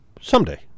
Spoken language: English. someday